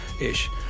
ish